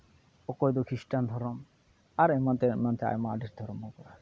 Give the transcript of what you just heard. ᱚᱠᱚᱭ ᱫᱚ ᱠᱷᱨᱤᱥᱴᱟᱱ ᱫᱷᱚᱨᱚᱢ ᱟᱨ ᱮᱢᱟᱱ ᱛᱮᱭᱟᱜ ᱮᱢᱟᱱ ᱛᱮᱭᱟᱜ ᱟᱭᱢᱟ ᱰᱷᱮᱨ ᱫᱷᱚᱨᱚᱢ ᱵᱚᱱ ᱠᱚᱨᱟᱣᱟ